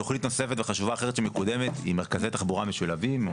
תכנית נוספת וחשובה אחרת שמקודמת היא מרכזי תחבורה משולבים,